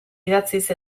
idatziz